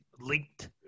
linked